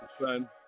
Son